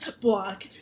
Block